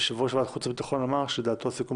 יושב-ראש ועדת החוץ והביטחון אמר שלדעתו הסיכום